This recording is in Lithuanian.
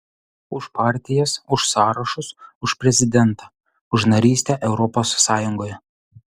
už partijas už sąrašus už prezidentą už narystę europos sąjungoje